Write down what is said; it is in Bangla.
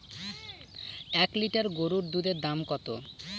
এক লিটার গরুর দুধের দাম কত?